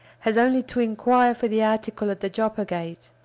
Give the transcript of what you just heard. has only to inquire for the article at the joppa gate.